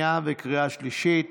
לקריאה שנייה וקריאה שלישית.